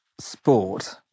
sport